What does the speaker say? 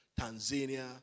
Tanzania